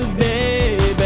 baby